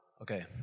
okay